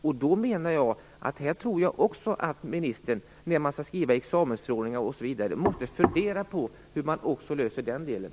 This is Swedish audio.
I samband med att man utarbetar examensförordningar tror jag därför också att ministern måste fundera på hur man löser den delen.